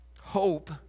Hope